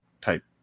type